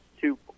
two